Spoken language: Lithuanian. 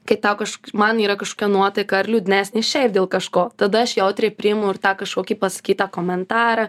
kai tau kažk man yra kažkokia nuotaika ar liūdnesnė šiaip dėl kažko tada aš jautriai priimu ir tą kažkokį pasakytą komentarą